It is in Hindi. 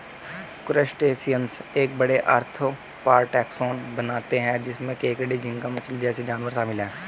क्रस्टेशियंस एक बड़े, आर्थ्रोपॉड टैक्सोन बनाते हैं जिसमें केकड़े, झींगा मछली जैसे जानवर शामिल हैं